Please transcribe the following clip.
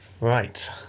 Right